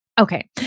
Okay